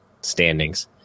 standings